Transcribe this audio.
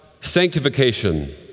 sanctification